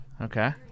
Okay